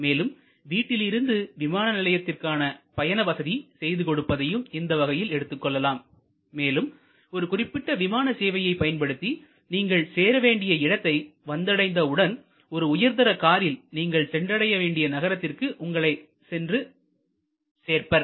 மேலும் வீட்டில் இருந்து விமான நிலையத்திற்கான பயண வசதி செய்து கொடுப்பதையும் இந்த வகையில் எடுத்துக் கொள்ளலாம் மேலும் ஒரு குறிப்பிட்ட விமான சேவையை பயன்படுத்தி நீங்கள் சேரவேண்டிய இடத்தை வந்தடைந்த உடன் ஒரு உயர்தர காரில் நீங்கள் சென்றடைய வேண்டிய நகரத்திற்கு உங்களை சென்று சேர்ப்பர்